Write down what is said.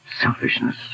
Selfishness